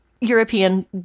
European